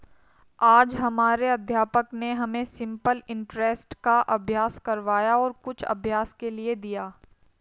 आज हमारे अध्यापक ने हमें सिंपल इंटरेस्ट का अभ्यास करवाया और कुछ अभ्यास के लिए दिया